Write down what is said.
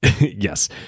yes